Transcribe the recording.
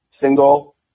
single